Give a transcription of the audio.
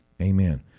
Amen